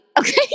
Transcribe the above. Okay